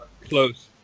Close